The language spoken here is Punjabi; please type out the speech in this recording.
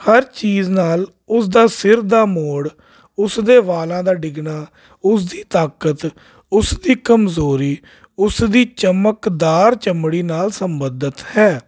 ਹਰ ਚੀਜ਼ ਨਾਲ ਉਸ ਦਾ ਸਿਰ ਦਾ ਮੋੜ ਉਸ ਦੇ ਵਾਲਾਂ ਦਾ ਡਿੱਗਣਾ ਉਸ ਦੀ ਤਾਕਤ ਉਸ ਦੀ ਕਮਜ਼ੋਰੀ ਉਸ ਦੀ ਚਮਕਦਾਰ ਚਮੜੀ ਨਾਲ ਸੰਬੰਧਿਤ ਹੈ